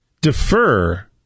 defer